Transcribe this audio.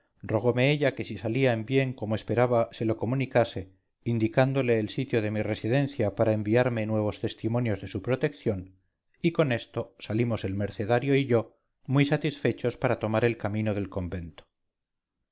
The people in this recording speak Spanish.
rogome ella que si salía en bien como esperaba se lo comunicase indicándole el sitio de mi residencia para enviarme nuevos testimonios de su protección y con esto salimos el mercenario y yo muy satisfechos para tomar el camino del convento